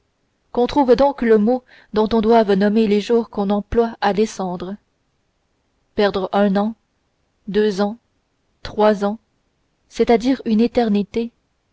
qu'on trouve donc le mot dont on doive nommer les jours qu'on emploie à descendre perdre un an deux ans trois ans c'est-à-dire une éternité